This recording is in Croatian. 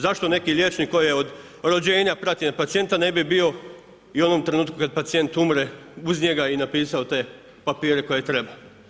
Zašto neki liječnik koji od rođenja prati pacijenta ne bi bio i u onom trenutku kada pacijent umre uz njega i napisao te papire koje treba.